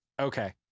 Okay